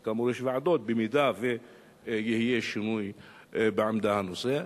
זה, כאמור, יש ועדות, אם יהיה שינוי בעמדה בנושא.